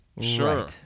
Sure